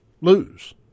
lose